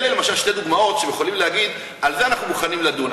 אלה למשל שתי דוגמאות שהם יכולים להגיד: על זה אנחנו מוכנים לדון.